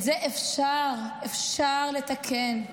את זה אפשר, אפשר לתקן.